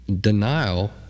Denial